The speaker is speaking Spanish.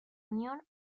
union